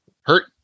hurt